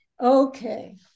Okay